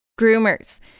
Groomers